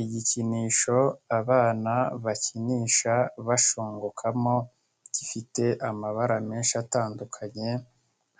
Igikinisho abana bakinisha bashungukamo, gifite amabara menshi atandukanye,